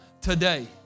today